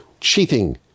cheating